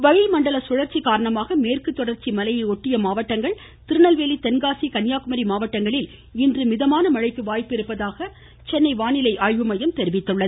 வானிலை வளிமண்டல சுழற்சி காரணமாக மேற்கு தொடர்ச்சி மலை ஒட்டிய மாவட்டங்கள் திருநெல்வேலி தென்காசி கன்னியாகுமரி மாவட்டங்களில் இன்று மிதமான மழை பெய்யக்கூடும் என்று சென்னை வானிலை ஆய்வு மையம் தெரிவித்துள்ளது